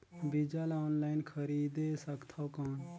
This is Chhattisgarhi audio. बीजा ला ऑनलाइन खरीदे सकथव कौन?